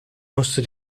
musste